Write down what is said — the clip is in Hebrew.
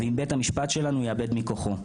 ואם בית המשפט שלנו יאבד מכוחו.